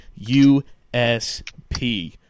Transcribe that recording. USP